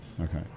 Okay